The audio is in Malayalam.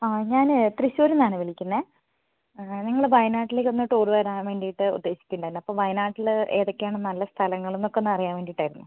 അതെ ഞാന് തൃശ്ശൂരിൽ നിന്നാണ് വിളിക്കുന്നത് ഞങ്ങള് വായനാട്ടിലേക്ക് ഒന്ന് ടൂറ് വരാൻ വേണ്ടിയിട്ട് ഉദ്ദേശിക്കുന്നുണ്ടായിരുന്നു അപ്പോൾ വയനാട്ടില് ഏതൊക്കെയാണ് നല്ല സ്ഥലങ്ങള് എന്നൊക്കെ ഒന്ന് അറിയാൻ വേണ്ടിയിട്ടായിരുന്നു